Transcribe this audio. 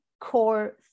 core